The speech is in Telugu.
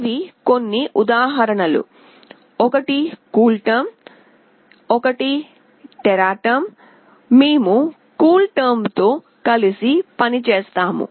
ఇవి కొన్ని ఉదాహరణలు ఒకటి కూల్టెర్మ్ ఒకటి టెరాటెర్మ్ మేము కూల్టెర్మ్తో కలిసి పని చేస్తాము